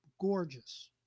gorgeous